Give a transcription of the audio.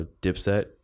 dipset